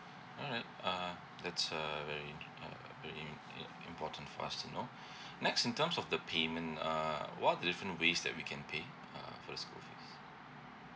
all right uh that's uh very uh very im~ im~ important fast to know next in terms of the payment err what different ways that we can pay uh for the school fees